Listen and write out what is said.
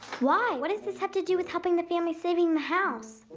why? what does this have to do with helping the family save i mean the house?